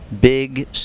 big